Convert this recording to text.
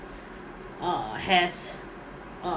err has uh